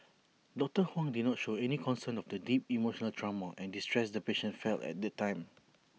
doctor Huang did not show any concern of the deep emotional trauma and distress the patient felt at that time